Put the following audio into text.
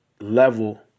level